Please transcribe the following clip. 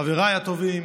חבריי הטובים,